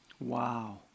Wow